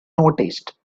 noticed